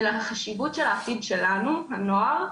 ולחשיבות של העתיד שלנו הנוער,